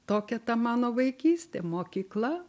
tokia ta mano vaikystė mokykla